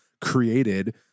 created